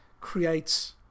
creates